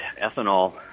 ethanol